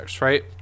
right